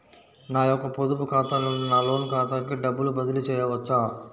నా యొక్క పొదుపు ఖాతా నుండి నా లోన్ ఖాతాకి డబ్బులు బదిలీ చేయవచ్చా?